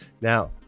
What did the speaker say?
Now